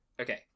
Okay